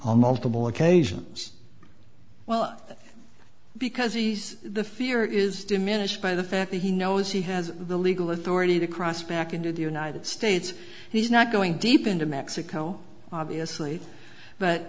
double occasions well because he's the fear is diminished by the fact that he knows he has the legal authority to cross back into the united states he's not going deep into mexico obviously but